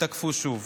ותקפו שוב.